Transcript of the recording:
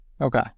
Okay